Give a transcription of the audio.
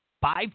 five